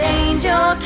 angel